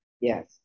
Yes